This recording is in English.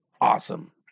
awesome